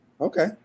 okay